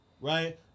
right